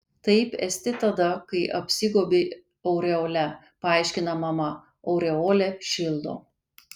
taip esti tada kai apsigobi aureole paaiškina mama aureolė šildo